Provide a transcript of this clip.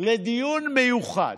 לדיון מיוחד,